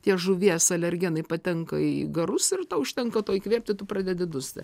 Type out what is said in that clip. tie žuvies alergenai patenka į garus ir tau užtenka to įkvėpti tu pradedi dusti